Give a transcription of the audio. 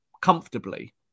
comfortably